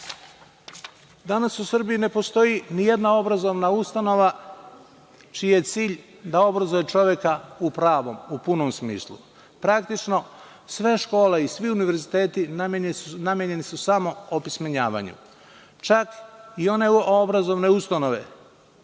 u Srbiji ne postoji nijedna obrazovna ustanova čiji je cilj da obrazuje čoveka u punom smislu. Praktično, sve škole i svi univerziteti namenjeni su samo opismenjavanju. Čak, i one obrazovne ustanove